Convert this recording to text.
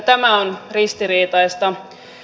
tämä on ristiriitaista